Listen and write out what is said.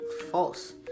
false